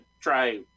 try